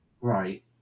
right